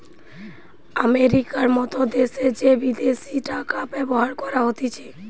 আমেরিকার মত দ্যাশে যে বিদেশি টাকা ব্যবহার করা হতিছে